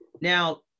Now